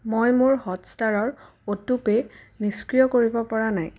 মই মোৰ হটষ্টাৰৰ অটোপে' নিষ্ক্ৰিয় কৰিব পৰা নাই